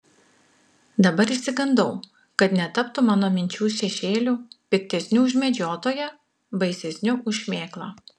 dabar išsigandau kad netaptų mano minčių šešėliu piktesniu už medžiotoją baisesniu už šmėklą